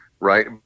Right